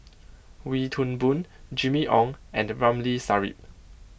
Wee Toon Boon Jimmy Ong and Ramli Sarip